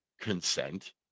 consent